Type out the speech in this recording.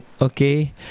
okay